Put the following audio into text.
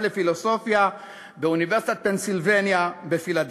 לפילוסופיה באוניברסיטת פנסילבניה בפילדלפיה.